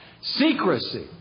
Secrecy